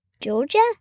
Georgia